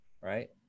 right